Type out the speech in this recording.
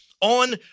on